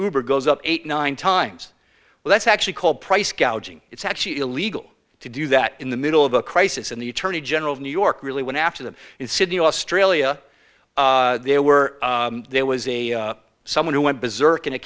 nuber goes up eight nine times well that's actually called price gouging it's actually illegal to do that in the middle of a crisis and the attorney general of new york really went after them in sydney australia there were there was a someone who went bizerk in a